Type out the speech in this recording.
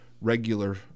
regular